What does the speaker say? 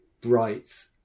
bright